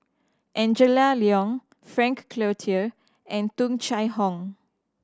Angela Liong Frank Cloutier and Tung Chye Hong